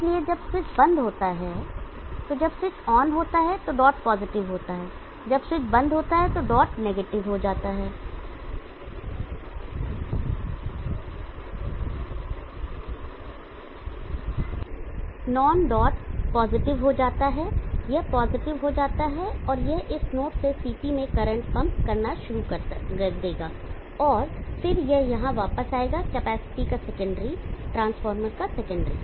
इसलिए जब स्विच बंद होता है तो जब स्विच ऑन होता है तो डॉट पॉजिटिव होता है जब स्विच बंद होता है तो डॉट नेगेटिव हो जाता है नॉन डॉट पॉजिटिव हो जाता है यह पॉजिटिव हो जाता है यह इस नोड से CT में करंट पंप करना शुरू कर देगा और फिर यह यहां वापस आएगा कैपेसिटी का सेकेंडरी ट्रांसफार्मर का सेकेंडरी